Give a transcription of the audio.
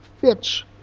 fits